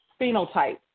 phenotype